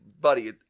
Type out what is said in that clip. buddy